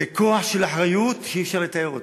זה כוח של אחריות שאי-אפשר לתאר אותה.